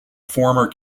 former